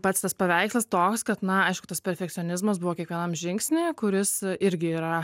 pats tas paveikslas toks kad na aišku tas perfekcionizmas buvo kiekvienam žingsny kuris irgi yra